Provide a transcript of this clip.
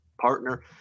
partner